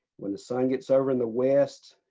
when the sun gets over in the west,